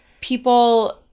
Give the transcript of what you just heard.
people